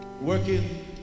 working